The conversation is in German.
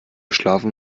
schlafen